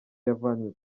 yavanywe